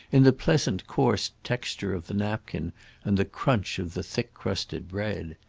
in the pleasant coarse texture of the napkin and the crunch of the thick-crusted bread.